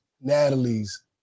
Natalie's